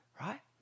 Right